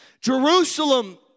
Jerusalem